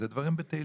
אז זה דברים בטלים,